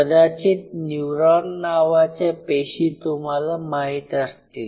कदाचित न्यूरॉन नावाच्या पेशी तुम्हाला माहीत असतील